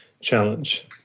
challenge